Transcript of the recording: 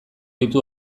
ditu